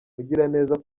mugiraneza